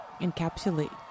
encapsulate